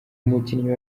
umukinnyi